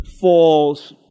falls